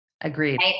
Agreed